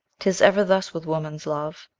tis ever thus with woman's love,